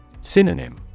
Synonym